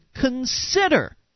consider